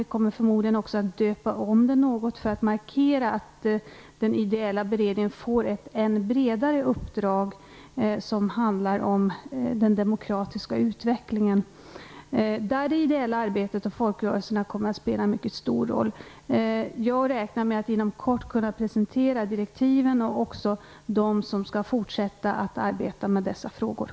Vi kommer förmodligen också att döpa om den något för att markera att den ideella beredningen får ett än bredare uppdrag, som handlar om den demokratiska utvecklingen. Detta ideella arbete inom folkrörelserna kommer att spela en mycket stor roll. Jag räknar med att inom kort kunna presentera direktiven och även dem som skall fortsätta att arbeta med dessa frågor.